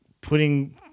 putting